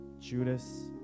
judas